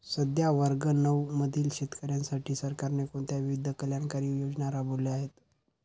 सध्याच्या वर्ग नऊ मधील शेतकऱ्यांसाठी सरकारने कोणत्या विविध कल्याणकारी योजना राबवल्या आहेत?